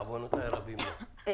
בעוונותיי הרבים, לא.